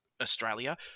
australia